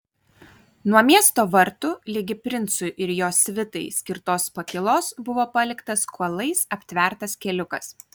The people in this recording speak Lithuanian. nuo miesto vartų ligi princui ir jo svitai skirtos pakylos buvo paliktas kuolais aptvertas keliukas